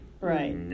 right